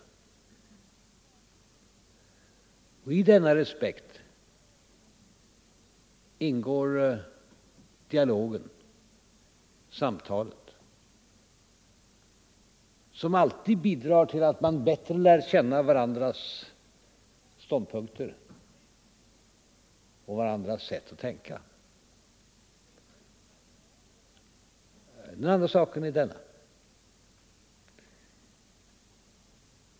I denna respekt ingår dialogen, samtalet, som alltid bidrar till att man bättre lär känna varandras ståndpunkter och varandras sätt att tänka. Den andra saken är följande.